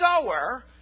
sower